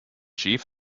chief